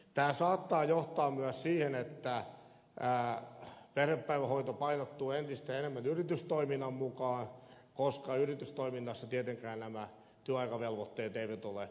tämä saattaa johtaa myös siihen että perhepäivähoidossa painottuu entistä enemmän yritystoiminta koska yritystoiminnassa tietenkään nämä työaikavelvoitteet eivät ole olemassa